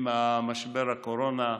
עם משבר הקורונה,